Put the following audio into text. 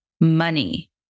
money